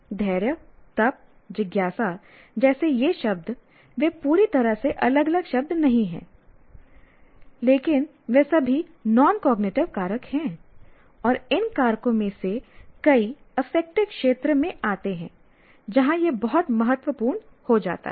धैर्य तप जिज्ञासा जैसे ये शब्द वे पूरी तरह से अलग अलग शब्द नहीं हैं लेकिन वे सभी नॉन कॉग्निटिव कारक हैं और इन कारकों में से कई अफेक्टिव क्षेत्र में आते हैं जहाँ यह बहुत महत्वपूर्ण हो जाता है